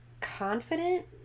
confident